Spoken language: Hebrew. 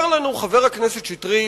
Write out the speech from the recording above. אומר לנו חבר הכנסת שטרית,